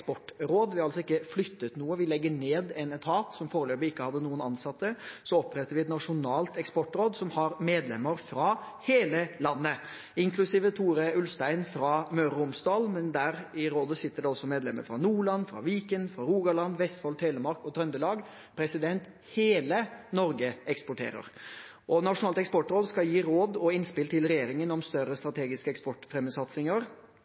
Vi har altså ikke flyttet noe. Vi legger ned en etat, som foreløpig ikke hadde noen ansatte, og så oppretter vi et nasjonalt eksportråd som har medlemmer fra hele landet, inklusiv Tore Ulstein fra Møre og Romsdal. I det rådet sitter det også medlemmer fra Nordland, fra Viken, fra Rogaland, Vestfold, Telemark og Trøndelag: Hele Norge eksporterer. Nasjonalt Eksportråd skal gi råd og innspill til regjeringen om større